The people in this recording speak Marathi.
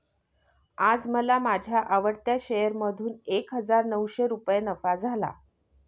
आज मला माझ्या आवडत्या शेअर मधून एक हजार नऊशे रुपये नफा झाला